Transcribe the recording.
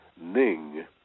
Ning